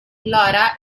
laura